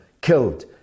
killed